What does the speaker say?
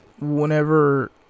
whenever